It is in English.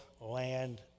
land